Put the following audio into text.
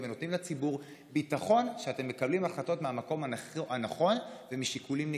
ונותנים לציבור ביטחון שאתם מקבלים החלטות מהמקום הנכון ומשיקולים נקיים.